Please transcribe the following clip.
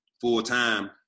full-time